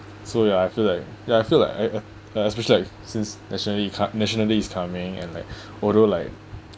so ya I feel like ya I feel like I uh uh especially like since nationally is co~ nationally is coming and like although like